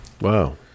wow